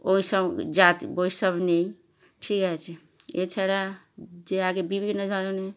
ওই সব জাতি বৈষম্য নেই ঠিক আছে এছাড়া যে আগে বিভিন্ন ধরনের